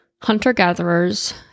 hunter-gatherers